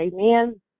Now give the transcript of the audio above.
Amen